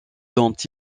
dont